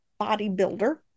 bodybuilder